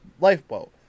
lifeboat